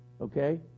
okay